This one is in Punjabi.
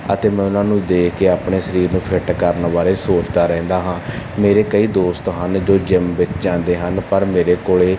ਅਤੇ ਮੈਂ ਉਹਨਾਂ ਨੂੰ ਦੇਖ ਕੇ ਆਪਣੇ ਸਰੀਰ ਨੂੰ ਫਿਟ ਕਰਨ ਬਾਰੇ ਸੋਚਦਾ ਰਹਿੰਦਾ ਹਾਂ ਮੇਰੇ ਕਈ ਦੋਸਤ ਹਨ ਜੋ ਜਿੰਮ ਵਿੱਚ ਜਾਂਦੇ ਹਨ ਪਰ ਮੇਰੇ ਕੋਲ